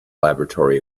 laboratory